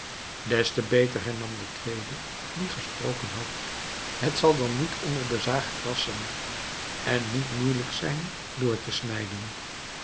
te beter hernam de tweede die gesproken had het zal dan niet onder de zaag krassen en niet moeilijk zijn door te snijden